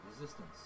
resistance